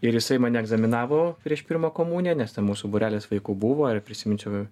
ir jisai mane egzaminavo prieš pirmą komuniją nes ten mūsų būrelis vaikų buvo ir prisiminsiu